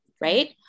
right